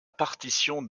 partition